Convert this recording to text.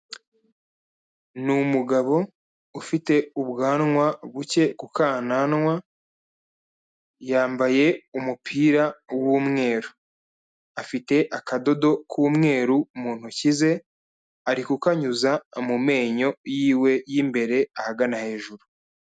Ni umugabo ufite ubwanwa buke ku kananwa, yambaye umupira w'umweru. Afite akadodo k'umweru mu ntoki ze ari kukanyuza mu menyo yiwe y'imbere ahagana hejuru.